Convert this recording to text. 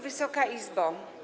Wysoka Izbo!